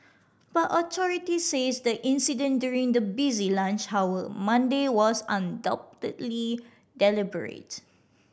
but authorities said the incident during the busy lunch hour Monday was undoubtedly deliberate